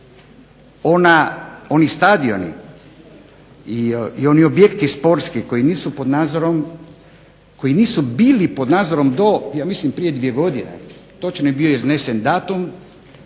oni stadioni i oni objekti sportski koji nisu pod nadzorom, koji nisu bili pod nadzorom do ja mislim prije dvije godine, točno je bio iznesen datum,